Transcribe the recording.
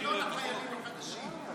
זה לא לחיילים החדשים,